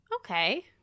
okay